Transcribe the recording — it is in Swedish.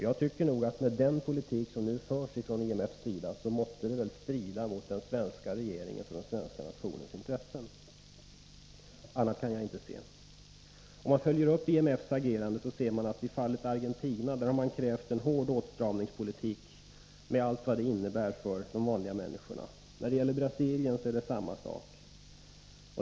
Jag tycker nog att den politik som nu förs från IMF:s sida strider mot den svenska regeringens och den svenska nationens intressen. Annat kan jag inte se. Om man följer upp IMF:s agerande ser man att i fallet Argentina har man krävt en hård åtstramningspolitik, med allt vad det innebär för de vanliga människorna. När det gäller Brasilien är det samma sak.